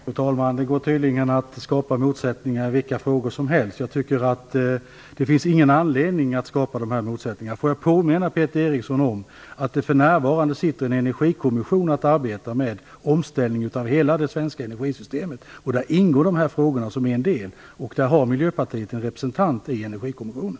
Fru talman! Det går tydligen att skapa motsättningar i vilka frågor som helst. Jag tycker inte att det finns någon anledning att skapa dessa motsättningar. Får jag påminna Peter Eriksson om att en energikommission för närvarande arbetar med omställningen av hela det svenska energisystemet. Där ingår dessa frågor som en del. Dessutom har Miljöpartiet en representant i Energikommissionen.